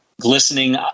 glistening